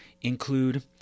include